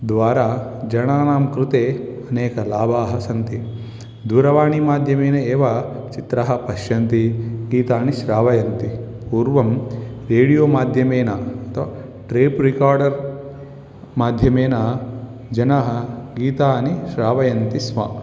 द्वारा जनानां कृते अनेकलाभाः सन्ति दूरवाणीमाध्यमेन एव चित्रं पश्यन्ति गीतानि श्रावयन्ति पूर्वं रेडियो माध्यमेन तु टेप् रेकार्डर् माध्यमेन जनाः गीतानि श्रावयन्ति स्म